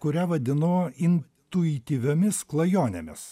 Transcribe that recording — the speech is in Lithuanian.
kurią vadinu intuityviomis klajonėmis